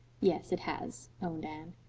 yes, it has, owned anne.